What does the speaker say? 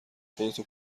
خودتو